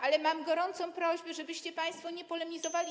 Ale mam gorącą prośbę, żebyście państwo nie polemizowali.